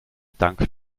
tanken